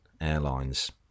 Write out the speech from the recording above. Airlines